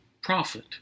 profit